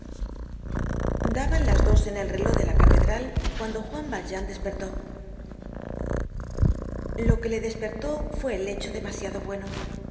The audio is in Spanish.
daban las dos en el reló de la catedral cuando juan valjean despertó lo que le despertó fue el lecho demasiado bueno